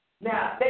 Now